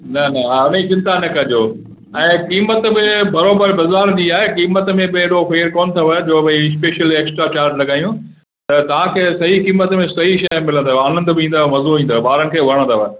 न न हा उन ई चिंता न कजो ऐं क़ीमत बि बराबरि बज़ारि जी आहे क़ीमत में बि अहिड़ो फेर कोन अथव जो भई स्पेशल एक्स्ट्रा चार्ज लॻायूं त तव्हां खे सही क़ीमत में सही शइ मिलंदव आनंद बि ईंदव मज़ो ईंदव ॿारनि खे वणंदव